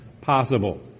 possible